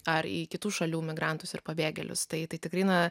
ar kitų šalių migrantus ir pabėgėlius tai tikrai na